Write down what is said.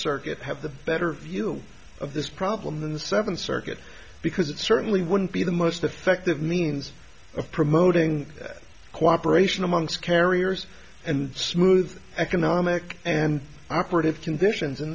circuit have the better view of this problem than the seventh circuit because it certainly wouldn't be the most effective means of promoting cooperation amongst carriers and smooth economic and operative conditions in